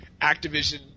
Activision